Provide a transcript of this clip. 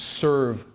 serve